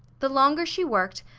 the longer she worked,